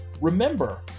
Remember